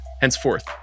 henceforth